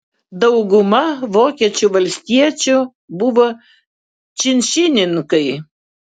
dauguma vokiečių valstiečių buvo činšininkai